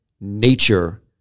nature